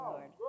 Lord